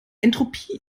entropie